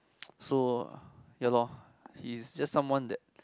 so ya lor he is just someone that